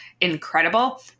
incredible